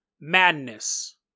madness